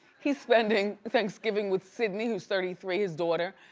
he's spending thanksgiving with sydney who's thirty three, his daughter,